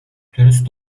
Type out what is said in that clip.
dürüst